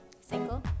Single